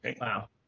Wow